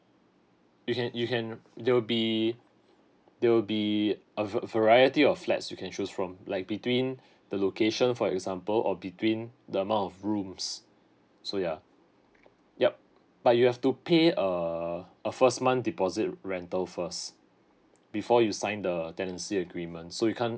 you can you can there will be there will be a va~ variety of flats you can choose from like between the location for example or between the amount of rooms so yeah yup but you have to pay err a first month deposit rental first before you sign the tenancy agreement so you can't